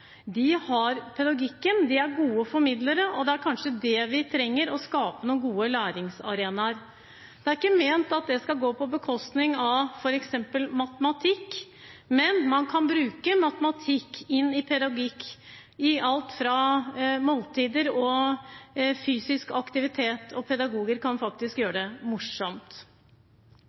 De har pedagogikken, de er gode formidlere. Det er kanskje det vi trenger, å skape noen gode læringsarenaer. Det er ikke ment å gå på bekostning av f.eks. matematikk, men man kan bruke matematikk i pedagogikken i alt fra måltider til fysisk aktivitet, og pedagoger kan faktisk gjøre det morsomt.